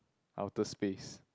outer space